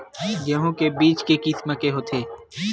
गेहूं के बीज के किसम के होथे?